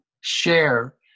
share